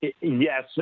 yes